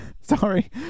sorry